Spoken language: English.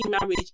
marriage